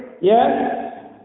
Yes